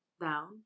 down